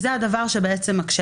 זה הדבר שמקשה.